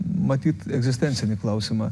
matyt egzistencinį klausimą